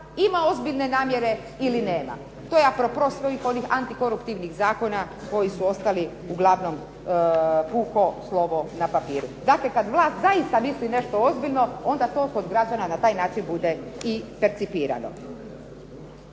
ima ozbiljne namjere ili nema. To je a propos svih onih anti koruptivnih zakona koji su ostali uglavnom puko slovo na papiru. Dakle, kad vlast zaista misli nešto ozbiljno onda to kod građana na taj način bude i percipirano.